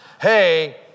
hey